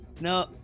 No